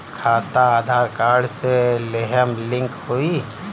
खाता आधार कार्ड से लेहम लिंक होई?